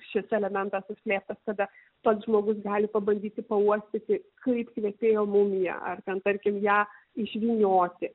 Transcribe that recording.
šis elementas užslėptas tada pats žmogus gali pabandyti pauostyti kaip kvepėjo mumija ar ten tarkim ją išvynioti